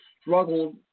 struggled